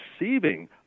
receiving